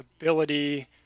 ability